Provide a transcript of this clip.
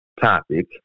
topic